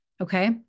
okay